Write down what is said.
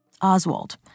Oswald